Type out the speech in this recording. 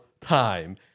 time